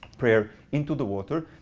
prayer into the water.